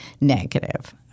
negative